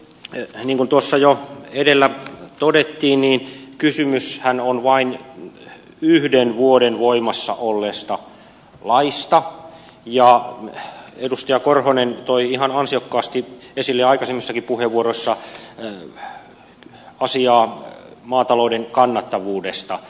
niin kuin tuossa jo edellä todettiin niin kysymyshän on vain yhden vuoden voimassa olleesta laista ja edustaja korhonen toi ihan ansiokkaasti esille aikaisemmissakin puheenvuoroissa asiaa maatalouden kannattavuudesta